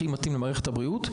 הכי מתאים למערכת הבריאות.